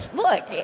look,